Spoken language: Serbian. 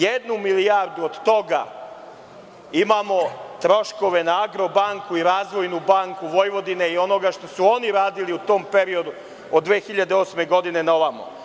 Jednu milijardu od toga imamo troškove na „Agrobanku“ i na Razvojnu banku Vojvodine i onoga što su oni radili u tom periodu od 2008. godine na ovamo.